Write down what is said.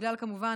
כמובן,